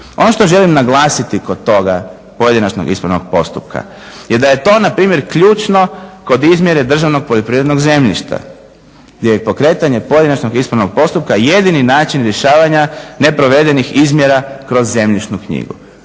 Ono što želim naglasiti kod toga pojedinačnog ispravnog postupka je da je to npr. ključno kod izmjene državnog poljoprivrednog zemljišta gdje je pokretanje pojedinačnog ispravnog postupka jedini način rješavanja neprovedenih izmjera kroz zemljišnu knjigu.